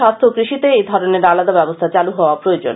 স্বাস্থ্য ও কৃষিতে এই ধরনের আলাদা ব্যবস্থা চালু হওয়ার প্রয়োজন